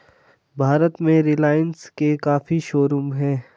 भारत में रिलाइन्स के काफी शोरूम हैं